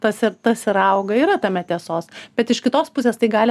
tas ir tas ir auga yra tame tiesos bet iš kitos pusės tai gali